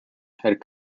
had